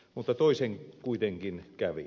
mutta toisin kuitenkin kävi